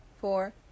Four